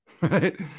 right